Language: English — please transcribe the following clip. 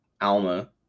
Alma